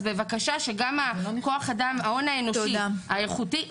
אז בבקשה שגם ההון האנושי האיכותי,